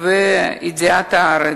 וידיעת הארץ.